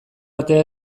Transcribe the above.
atea